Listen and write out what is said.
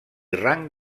rang